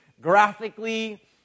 graphically